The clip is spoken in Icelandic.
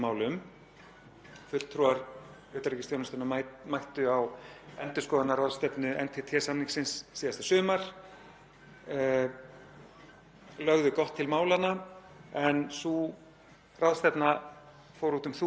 lögðu gott til málanna en sú ráðstefna fór út um þúfur vegna þess að Rússland tók það að sér í þetta skiptið að setja sand í tannhjólin.